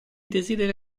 desidera